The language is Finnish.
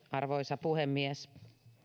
arvoisa puhemies